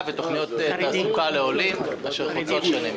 ותוכניות תעסוקה לעולים אשר חוצות שנים.